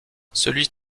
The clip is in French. celui